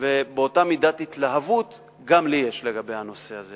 ואותה מידת התלהבות גם לי יש לגבי הנושא הזה.